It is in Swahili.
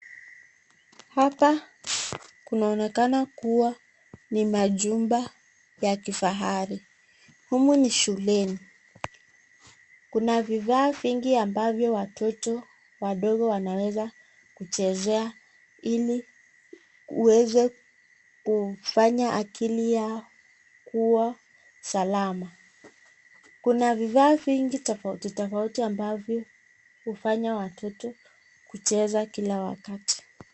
Hapa kuonekana kuwa ni majumba ya kifahari. Humu ni shuleni. Kuna vifaa vingi ambavyo watoto wadogo wanaweza kuchezea ili uweze kufanya akili yao kuwa salama. Vifaa hivyo ni tofauti tofauti ambavyo hufanya watoto kucheza kila wakati.